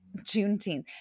Juneteenth